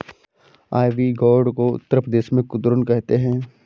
ivy gourd को उत्तर प्रदेश में कुद्रुन कहते हैं